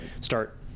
start